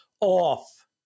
off